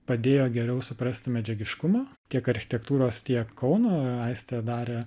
padėjo geriau suprasti medžiagiškumą tiek architektūros tiek kauno aistė darė